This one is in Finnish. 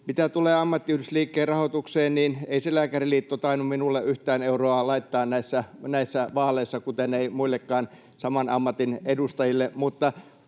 Mitä tulee ammattiyhdistysliikkeen rahoitukseen, niin ei se Lääkäriliitto tainnut minulle yhtään euroa laittaa näissä vaaleissa, kuten ei muillekaan saman ammatin edustajille.